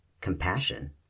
compassion